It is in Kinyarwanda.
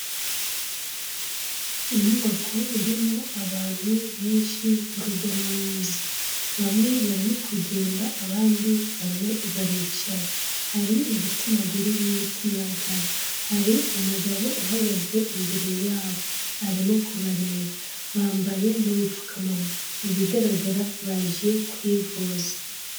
Inyubako irimo abantu benshi urujya n'uruza, bamwe barimo kugenda abandi barimo baricaye. Hari igitsina gore n'igitsina gabo. Hari umugabo uhagaze imbere yabo, arimo kubareba; bambaye n'ubupfukamunwa, mu bigaragara baje kwivuza.